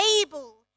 able